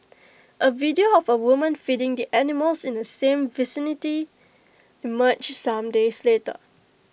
A video of A woman feeding the animals in the same vicinity emerged some days later